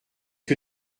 que